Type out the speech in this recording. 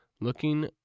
looking